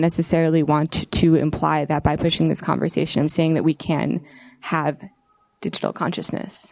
necessarily want to imply that by pushing this conversation saying that we can have digital consciousness